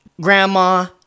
grandma